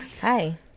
hi